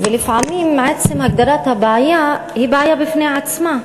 ולפעמים עצם הגדרת הבעיה היא בעיה בפני עצמה,